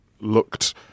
looked